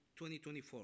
2024